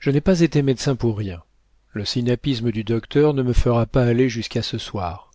je n'ai pas été médecin pour rien le sinapisme du docteur ne me fera pas aller jusqu'à ce soir